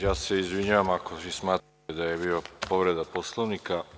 Ja se izvinjavam ako vi smatrate da je bila povreda Poslovnika.